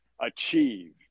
achieve